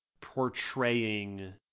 portraying